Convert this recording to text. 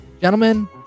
gentlemen